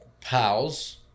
pals